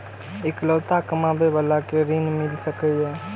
इकलोता कमाबे बाला के ऋण मिल सके ये?